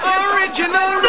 original